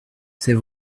c’est